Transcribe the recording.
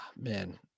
man